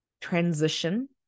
transition